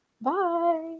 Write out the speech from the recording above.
Bye